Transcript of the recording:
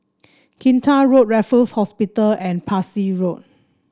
Kinta Road Raffles Hospital and Parsi Road